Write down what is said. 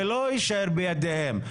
זה לא יישאר בידיהם.